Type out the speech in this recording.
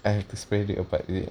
I have to spread it apart is it